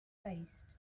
faced